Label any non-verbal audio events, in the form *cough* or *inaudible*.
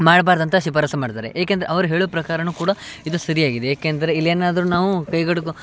ಮಾಡಬಾರ್ದಂತ ಶಿಫಾರಸ್ಸು ಮಾಡ್ತಾರೆ ಏಕೆಂದ್ರ್ ಅವ್ರು ಹೇಳುವ ಪ್ರಕಾರವೂ ಕೂಡ ಇದು ಸರಿಯಾಗಿದೆ ಏಕೆಂದರೆ ಇಲ್ಲೇನಾದರೂ ನಾವು *unintelligible*